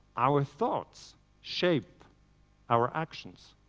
our thoughts shape our actions,